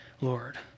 Lord